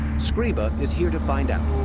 scriba is here to find out.